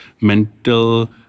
mental